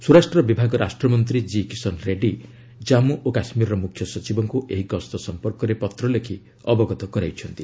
ସ୍ୱରାଷ୍ଟ୍ର ବିଭାଗ ରାଷ୍ଟ୍ର ମନ୍ତ୍ରୀ ଜି କିଶନ୍ ରେଡ୍ରୀ ଜାମ୍ମୁ ଓ କାଶ୍କୀରର ମୁଖ୍ୟ ସଚିବଙ୍କୁ ଏହି ଗସ୍ତ ସମ୍ପର୍କରେ ପତ୍ର ଲେଖି ଅବଗତ କରାଇଛନ୍ତି